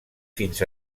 fins